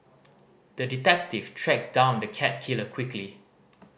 the detective tracked down the cat killer quickly